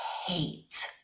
hate